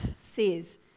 says